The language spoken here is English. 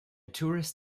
tourist